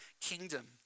kingdom